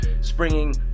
springing